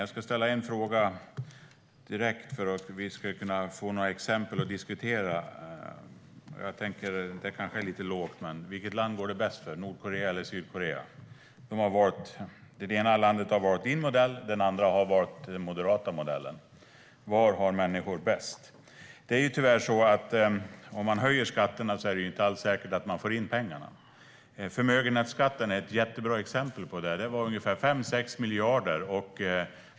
Jag ska ställa en fråga direkt för att vi ska få några exempel att diskutera. Det kanske är lite lågt, men vilket land går det bäst för, Nordkorea eller Sydkorea? Det ena landet har valt din modell, Daniel Sestrajcic, medan det andra har valt den moderata modellen. Var har människor det bäst? Det är tyvärr så att om man höjer skatterna är det inte alls säkert att man får in pengarna. Förmögenhetsskatten är ett jättebra exempel på det. Det var 5-6 miljarder.